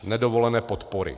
Nedovolené podpory.